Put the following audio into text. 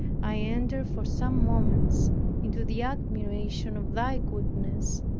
i entered for some moments into the admiration of thy goodness,